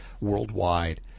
worldwide